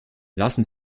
lassen